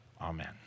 Amen